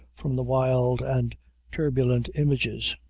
from the wild and turbulent images,